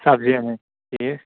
سَبزِیَن ہٕنٛدۍ ٹھیٖک